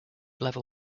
level